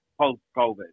post-COVID